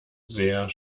sehr